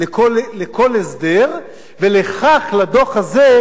ולכן יש לדוח הזה חשיבות עצומה.